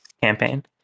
campaign